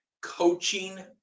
coaching